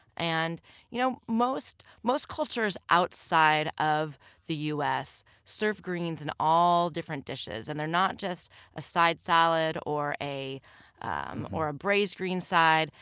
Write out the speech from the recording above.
and you know most most cultures outside of the us serve greens in all different dishes. and they're not just a side salad or a um or a braised green side.